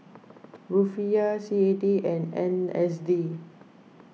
Rufiyaa C A D and N Z D